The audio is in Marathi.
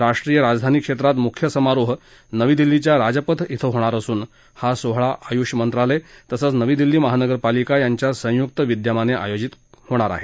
राष्ट्रीय राजधानी क्षेत्रात मुख्य समारोह नवी दिल्लीच्या राजपथ क्षे होणार असून हा सोहळा आयुषमंत्रालय तसंच नवी दिल्ली महानगरपालिका यांच्या संयुक्तविद्यमाने आयोजित होणार आहे